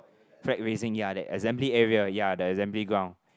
flat raising ya that assembly area ya the assembly ground